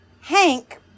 Hank